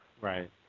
Right